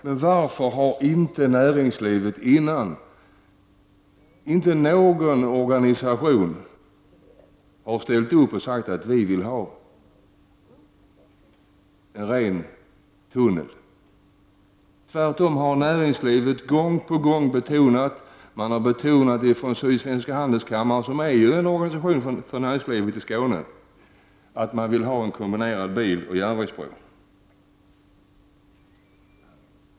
Men varför har inte någon näringslivsorganisation ställt upp och sagt att man vill ha ett renodlat tunnelalternativ? Tvärtom har näringlivsorganisationer gång på gång betonat — det har bl.a. gjorts av Sydsvenska handelskammaren, som är en organisation för näringslivet i Skåne — att man vill ha en kombinerad biloch järnvägsbro.